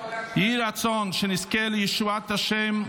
יהי רצון שנזכה לישועת השם,